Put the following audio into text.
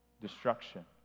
destruction